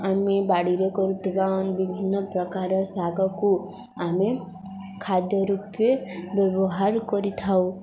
ଆମେ ବାଡ଼ିରେ କରୁଥିବା ବିଭିନ୍ନ ପ୍ରକାର ଶାଗକୁ ଆମେ ଖାଦ୍ୟ ରୂପେ ବ୍ୟବହାର କରିଥାଉ